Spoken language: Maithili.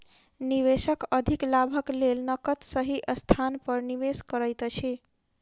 निवेशक अधिक लाभक लेल नकद सही स्थान पर निवेश करैत अछि